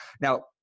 Now